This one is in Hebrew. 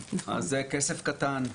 אז זה כסף קטן,